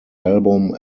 album